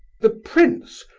the prince!